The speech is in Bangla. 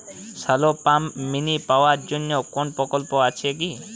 শ্যালো পাম্প মিনি পাওয়ার জন্য কোনো প্রকল্প আছে কি?